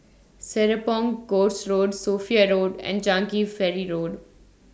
Serapong Course Road Sophia Road and Changi Ferry Road